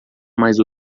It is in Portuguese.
mais